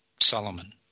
Solomon